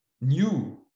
new